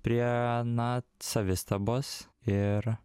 prie na savistabos ir